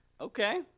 Okay